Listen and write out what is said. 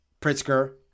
Pritzker